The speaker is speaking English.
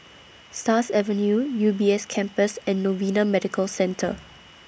Stars Avenue U B S Campus and Novena Medical Centre